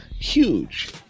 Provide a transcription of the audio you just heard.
huge